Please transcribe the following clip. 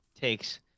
takes